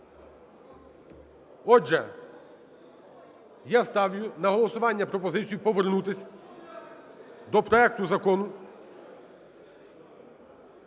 Отже, я ставлю на голосування пропозицію повернутися до проекту Закону